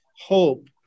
Hope